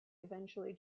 eventually